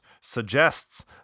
suggests